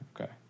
Okay